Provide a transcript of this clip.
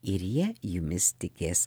ir jie jumis tikės